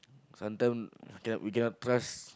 sometimes we cannot we cannot trust